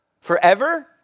Forever